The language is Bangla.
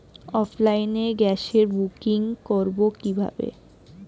অফলাইনে গ্যাসের বুকিং করব কিভাবে?